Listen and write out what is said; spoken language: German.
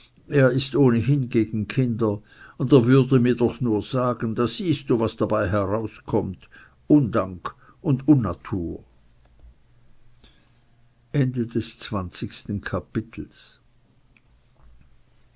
er ist ohnehin gegen kinder und er würde mir doch nur sagen da siehst du was dabei heraus kommt undank und unnatur